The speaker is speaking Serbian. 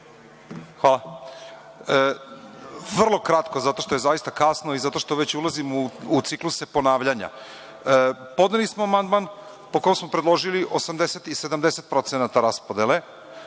vam. Vrlo kratko, zato što je zaista kasno i zato što već ulazimo u cikluse ponavljanja. Podneli smo amandman, po kome smo predložili 80% i 70% raspodele,